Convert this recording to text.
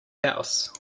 house